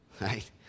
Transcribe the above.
right